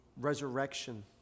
resurrection